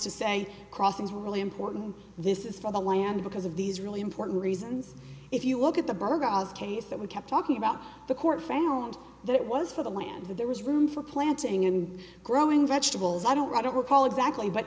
to saying crossings were really important this is for the land because of these really important reasons if you look at the bar god case that we kept talking about the court found that it was for the land that there was room for planting and growing vegetables i don't i don't recall exactly but